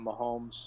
Mahomes